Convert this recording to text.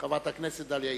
חברת הכנסת דליה איציק.